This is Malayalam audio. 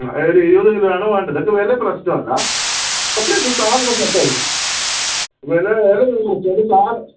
ആ ഒരു ഇരുപതു കിലോയാണ് വേണ്ടത് എനിക്ക് വില പ്രശ്നമല്ല പക്ഷെ എനിക്ക് സാധനം സെറ്റ് ആയിരിക്കണം വില നിങ്ങൾ സാധനം